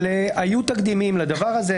אבל היו תקדימים לדבר הזה.